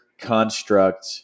construct